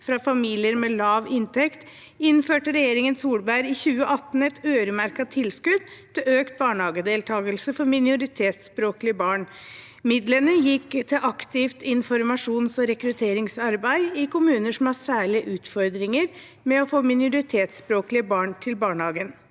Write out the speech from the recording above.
fra familier med lav inntekt innførte regjeringen Solberg i 2018 et øremerket tilskudd til økt barnehagedeltakelse for minoritetsspråklige barn. Midlene gikk til aktivt informasjons- og rekrutteringsarbeid i kommuner som har særlige utfordringer med å få minoritetsspråklige barn til barnehagen.